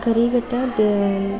Karighatta they